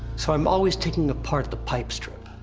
so i'm always taking apart the pipe strip.